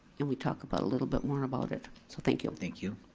and we talk about a little bit more about it. so thank you. thank you.